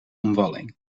omwalling